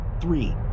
Three